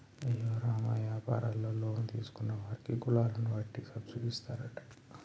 అయ్యో రామ యాపారంలో లోన్ తీసుకున్న వారికి కులాలను వట్టి సబ్బిడి ఇస్తారట